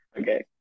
Okay